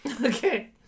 Okay